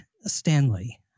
Stanley